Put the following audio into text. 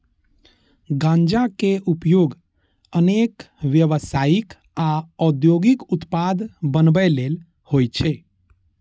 गांजा के उपयोग अनेक व्यावसायिक आ औद्योगिक उत्पाद बनबै लेल होइ छै